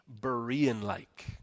Berean-like